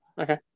Okay